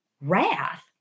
wrath